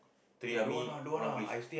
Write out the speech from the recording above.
three army one police